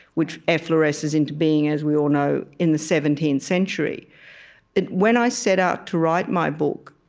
which efflorescens into being as we all know in the seventeenth century when i set out to write my book,